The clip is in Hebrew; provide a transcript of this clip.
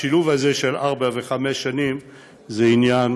השילוב הזה של ארבע וחמש שנים זה עניין